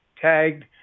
tagged